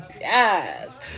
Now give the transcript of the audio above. Yes